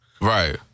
Right